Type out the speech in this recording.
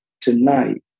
tonight